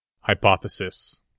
Hypothesis